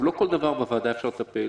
לא בכל דבר בוועדה אפשר לטפל,